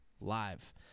live